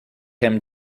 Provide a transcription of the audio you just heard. him